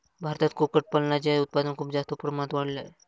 भारतात कुक्कुटपालनाचे उत्पादन खूप जास्त प्रमाणात वाढले आहे